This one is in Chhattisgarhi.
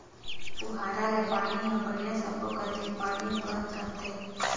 पुहारा ले पानी हर बड़िया सब्बो कति पानी बहत रथे